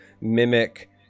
mimic